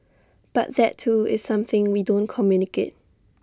but that too is something we don't communicate